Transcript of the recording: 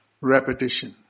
repetition